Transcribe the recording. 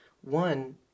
One